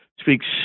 speaks